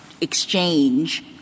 exchange